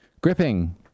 gripping